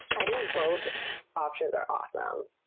i think both options are awesome.